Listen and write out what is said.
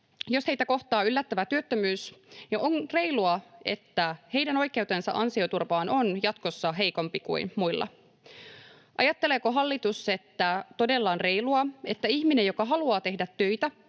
jos heitä kohtaa yllättävä työttömyys, niin heidän oikeutensa ansioturvaan on jatkossa heikompi kuin muilla. Ajatteleeko hallitus todella, että on reilua, että ihminen, joka haluaa tehdä töitä